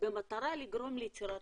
זאת דעתי לצורך